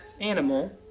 animal